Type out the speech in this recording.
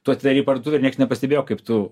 tu atidarei parduotuvę ir nieks nepastebėjo kaip tu